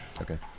Okay